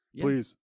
Please